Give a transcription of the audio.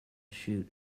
chute